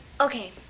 Okay